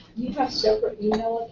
you you have separate